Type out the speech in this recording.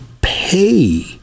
pay